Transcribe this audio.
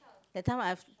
that time I've